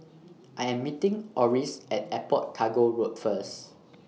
I Am meeting Orris At Airport Cargo Road First